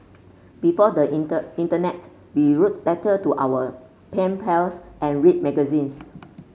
before the inter internet we wrote letter to our pen pals and read magazines